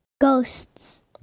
Ghosts